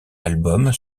albums